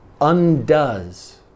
undoes